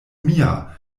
mia